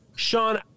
Sean